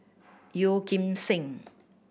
Yeo Kim Seng